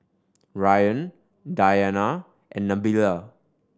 Ryan Dayana and Nabila